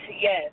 yes